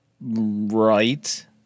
Right